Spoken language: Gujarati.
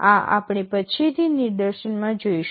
આ આપણે પછીથી નિદર્શનમાં જોઈશું